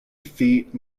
feet